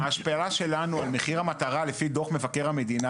ההשפעה שלנו על מחיר המטרה לפי דוח מבקר המדינה